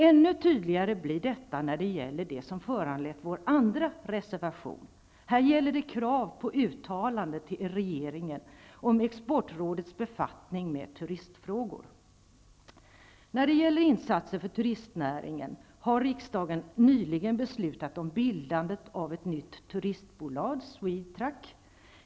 Ännu tydligare blir detta av det som föranlett vår andra reservation. Här gäller det krav på uttalande till regeringen om exportrådets befattning med turistfrågor. När det gäller insatser för turistnäringen har riksdagen nyligen beslutat om bildandet av ett nytt turistbolag, Swetrack.